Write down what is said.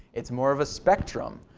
it's more of a spectrum.